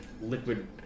Liquid